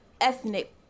Ethnic